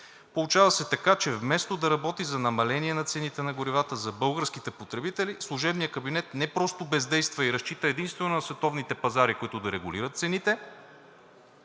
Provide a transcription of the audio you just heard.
Получава се така, че вместо да работи за намаление на цените на горивата за българските потребители, служебният кабинет не просто бездейства и разчита единствено на световните пазари, които да регулират цените,